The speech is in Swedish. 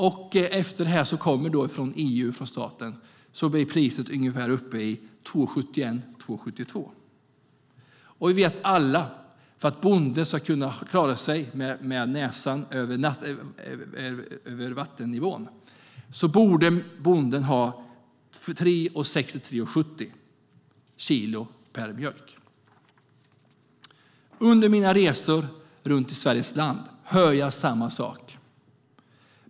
När man räknar med pengarna från EU och staten är priset uppe i ungefär 2,71-2,72. Men för att bonden ska kunna klara sig med näsan över vattennivån vet vi alla att bonden borde ha 3,60-3,70 per kilo mjölk. Under mina resor runt i Sveriges land hör jag samma sak.